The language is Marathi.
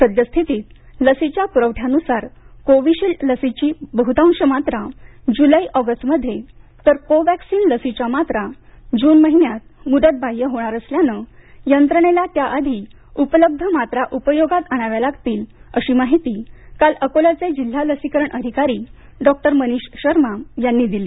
सध्यास्थितीत लसीच्या पुरावठ्यानुसार कोव्हीशील्ड लसीच्या बहुतांश मात्रा जुलै ऑगस्टमध्ये तर कोव्हेक्सिंन लसीच्या मात्रास जून महिन्यात एक्सस्पायर होणार असल्यानं यंत्रणेला त्या आधी उपलब्ध मात्रा उपयोगात आणाव्या लागतिल अशी माहिती काल आकोल्याचे जिल्हा लसीकरण अधिकारी डॉक्टर मनीष शर्मा यांनी दिली